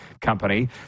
Company